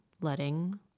letting